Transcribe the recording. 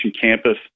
Campus